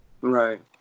Right